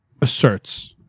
asserts